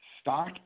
stock